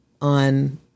on